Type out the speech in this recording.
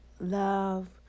love